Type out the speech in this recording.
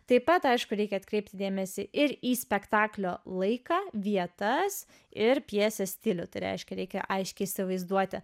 taip pat aišku reikia atkreipti dėmesį ir į spektaklio laiką vietas ir pjesės stilių tai reiškia reikia aiškiai įsivaizduoti